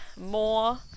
more